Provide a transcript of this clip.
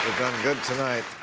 gone good tonight.